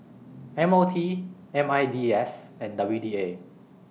M O T M I D S and W D A